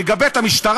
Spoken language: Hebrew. יגבה את המשטרה,